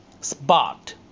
spot